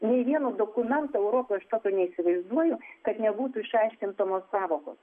nei vieno dokumento europoj aš tokio neįsivaizduoju kad nebūtų išaiškintamos sąvokos